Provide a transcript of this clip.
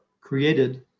created